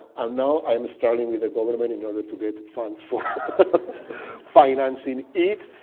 um now i'm struggling with the government in order to get funds for financing it.